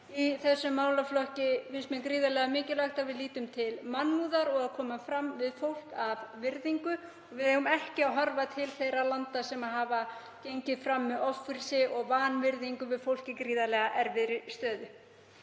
í þessum málaflokki finnst mér gríðarlega mikilvægt að við lítum til mannúðar og komum fram við fólk af virðingu. Við eigum ekki að horfa til þeirra landa sem hafa gengið fram með offorsi og vanvirðingu við fólk í gríðarlega erfiðri stöðu.